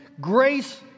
grace